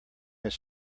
his